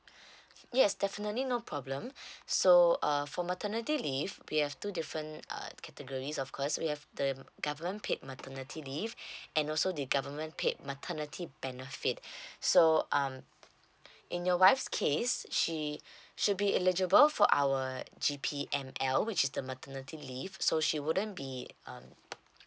yes definitely no problem so uh for maternity leave we have two different uh categories of course we have the government paid maternity leave and also the government paid maternity benefits so um in your wife's case she should be eligible for our G_P_M_L which is the maternity leave so she wouldn't be um